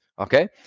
okay